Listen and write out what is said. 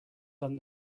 hunt